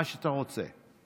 מה שאתה רוצה.